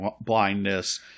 blindness